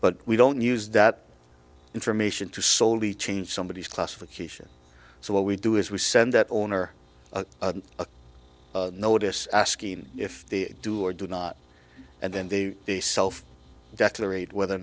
but we don't use that information to slowly change somebody's classification so what we do is we send that owner a notice asking if they do or do not and then they they self decorate whether or